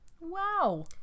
Wow